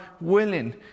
willing